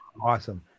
Awesome